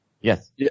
Yes